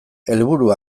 helburu